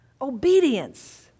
Obedience